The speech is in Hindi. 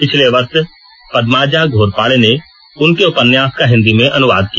पिछले वर्ष पदमाजा घोरपाडे ने उनके उपन्यास का हिन्दी में अनुवाद किया